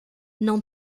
não